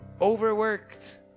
Overworked